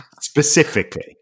Specifically